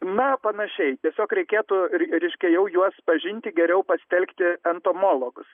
na panašiai tiesiog reikėtų reiškia jau juos pažinti geriau pasitelkti entomologus